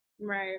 Right